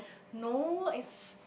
no it's